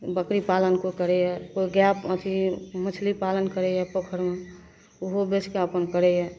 बकरी पालन कोइ करैए कोइ गाइ अथी मछली पालन करैए पोखरिमे ओहो बेचिके अपन करैए